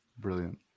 brilliant